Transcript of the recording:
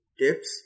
tips